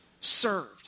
served